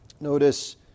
Notice